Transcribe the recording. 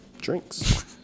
drinks